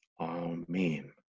Amen